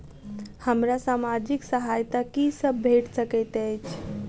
हमरा सामाजिक सहायता की सब भेट सकैत अछि?